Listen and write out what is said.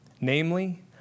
Namely